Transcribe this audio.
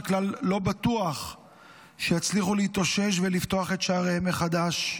כלל לא בטוח שיצליחו להתאושש ולפתוח את שעריהם מחדש.